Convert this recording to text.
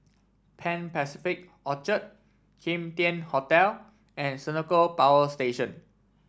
Pan Pacific Orchard Kim Tian Hotel and Senoko Power Station